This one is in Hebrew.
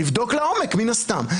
נבדוק לעומק מן הסתם.